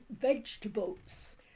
vegetables